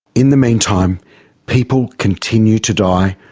in the meantime people continue to die,